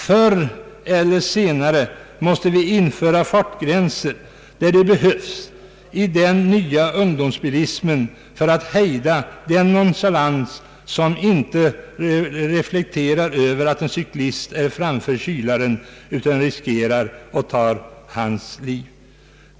Förr eller senare måste vi införa fartgränserna — där de behövs — i den nya ungdomsbilismen för att hejda den nonchalans, som ”inte reflekterar över” att en cyklist är framför kylaren utan riskerar och tar hans liv.